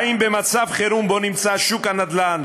האם במצב החירום שבו נמצא שוק הנדל"ן,